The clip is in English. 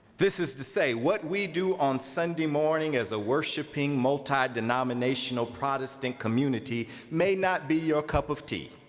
this is to say what we do on sunday morning as a worshipping, multi-denominational protestant community may not be your cup of tea,